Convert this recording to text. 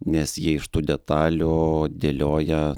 nes jie iš tų detalių dėlioja